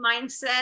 mindset